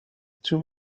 too